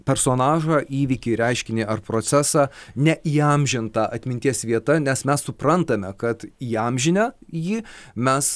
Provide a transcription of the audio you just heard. personažą įvykį reiškinį ar procesą neįamžinta atminties vieta nes mes suprantame kad įamžinę jį mes